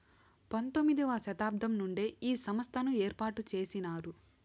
పంతొమ్మిది వ శతాబ్దం నుండే ఈ సంస్థను ఏర్పాటు చేసినారు